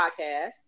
podcast